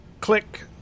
Click